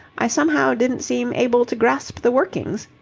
i somehow didn't seem able to grasp the workings.